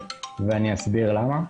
אני אסביר למה: